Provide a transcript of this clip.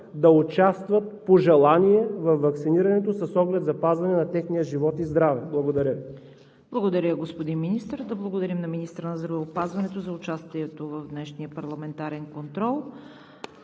да участват по желание във ваксинирането, с оглед запазване на техния живот и здраве. Благодаря Ви. ПРЕДСЕДАТЕЛ ЦВЕТА КАРАЯНЧЕВА: Благодаря, господин Министър. Да благодарим на министъра на здравеопазването за участието в днешния парламентарен контрол.